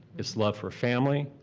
it's love for family,